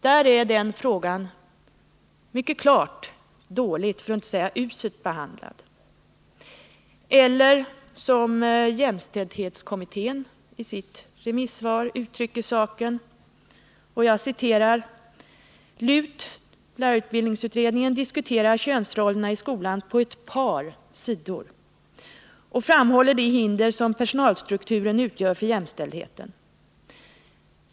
Där är denna fråga klart dåligt för att inte säga uselt behandlad. Eller som jämställdhetskommittén i sitt remissvar uttrycker saken: ”LUT diskuterar könsrollerna i skolan på ett par sidor och framhåller det hinder som personalstrukturen utgör för jämställdheten.